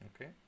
Okay